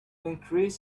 increase